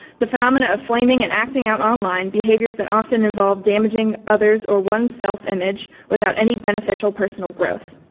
the phenomena of flaming and acting out online behaviors that often involve damaging others or one's self-image without any beneficial personal growth.